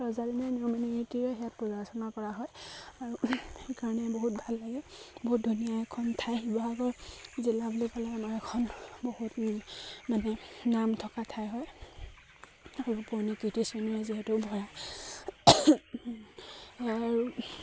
ৰজাদিনীয়া নিয়ম নীতিৰে সেয়াত পূজা অৰ্চনা কৰা হয় আৰু সেইকাৰণে বহুত ভাল লাগে বহুত ধুনীয়া এখন ঠাই শিৱসাগৰ জিলা বুলি ক'লে আমাৰ এখন বহুত মানে নাম থকা ঠাই হয় আৰু পুৰণি কীৰ্তিচিহ্ণৰে যিহেতু ভৰা